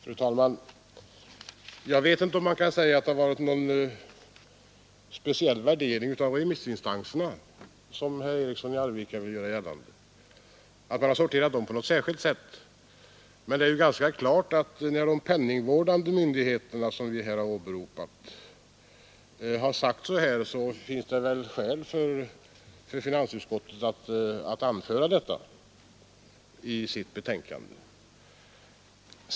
Fru talman! Jag vet inte om man kan säga att det har gjorts någon speciell värdering av remissinstanserna, som herr Eriksson i Arvika vill göra gällande, så att man har sorterat dem på något särskilt sätt. Men det är ju ganska klart när de penningvårdande myndigheterna, som vi här åberopat, har uttalat sig på detta sätt, så finns det skäl för finansutskottet att påpeka detta i sitt betänkande.